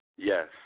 Yes